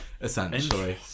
essentially